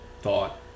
thought